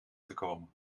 gekomen